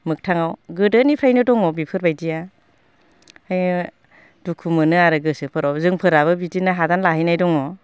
मोखथाङाव गोदोनिफ्रायनो दङ बिफोरबायदिया ओमफाय दुखु मोनो आरो गोसोफोराव जोंफोराबो बिदिनो हादान लाहैनाय दङ